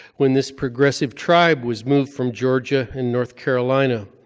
when this progressive tribe was moved from georgia and north carolina.